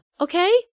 okay